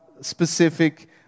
specific